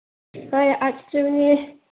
ꯍꯣꯏ ꯑꯥꯔꯠꯁ ꯏꯁꯇ꯭ꯔꯤꯝꯅꯤ